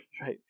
Right